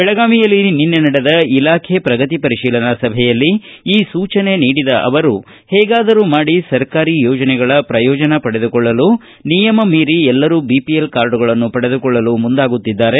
ಬೆಳಗಾವಿಯಲ್ಲಿ ನಿನ್ನೆ ನಡೆದ ಇಲಾಖೆ ಪ್ರಗತಿ ಪರಿಶೀಲನಾ ಸಭೆಯಲ್ಲಿ ಈ ಸೂಚನೆ ನೀಡಿದ ಅವರು ಹೇಗಾದರೂ ಮಾಡಿ ಸರ್ಕಾರಿ ಯೋಜನೆಗಳ ಪ್ರಯೋಜನ ಪಡೆದುಕೊಳ್ಳಲು ನಿಯಮ ಮೀರಿ ಎಲ್ಲರೂ ಬಿಪಿಎಲ್ ಕಾರ್ಡುಗಳನ್ನು ಪಡೆದುಕೊಳ್ಳಲು ಮುಂದಾಗುತ್ತಿದ್ದಾರೆ